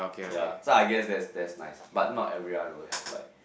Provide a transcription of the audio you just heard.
ya so I guess that's that's nice but not everyone will have like